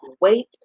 wait